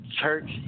Church